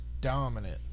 dominant